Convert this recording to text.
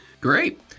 Great